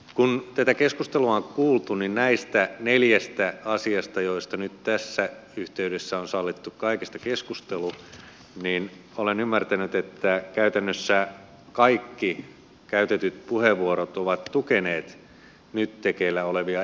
kun tätä keskustelua on kuultu näistä neljästä asiasta joista kaikista nyt tässä yhteydessä on sallittu keskustelu olen ymmärtänyt että käytännössä kaikki käytetyt puheenvuorot ovat tukeneet nyt tekeillä olevia esityksiä